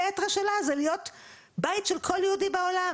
עזרה הומניטרית לעזור לקבל את כל --- אנחנו מבינים את הכאב שלך.